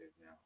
now